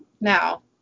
now